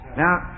Now